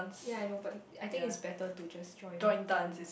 yea I know but I think it is better to just join dance